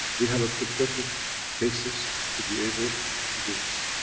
we have a precedent cases to be able to do this.